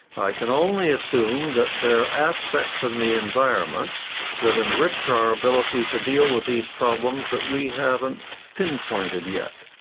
i can only assume that they're aspects in the environment that enrich our ability to deal with these problems that we haven't pinpointed yet,